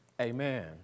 Amen